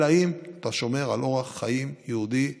אלא אם כן אתה שומר על אורח חיים יהודי דתי,